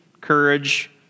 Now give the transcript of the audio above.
courage